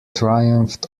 triumphed